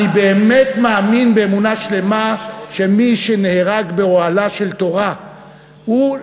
אני באמת מאמין באמונה שלמה שמי שנהרג באוהלה של תורה הוא,